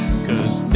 Cause